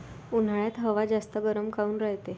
उन्हाळ्यात हवा जास्त गरम काऊन रायते?